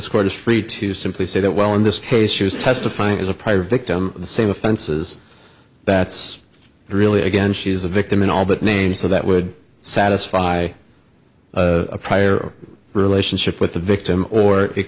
is free to simply say that well in this case she was testifying as a prior victim the same offenses that's really again she's a victim in all but name so that would satisfy a prior relationship with the victim or it